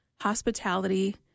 hospitality